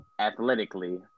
athletically